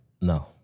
No